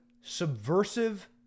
subversive